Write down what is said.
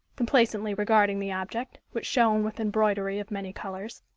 complacently regarding the object, which shone with embroidery of many colours.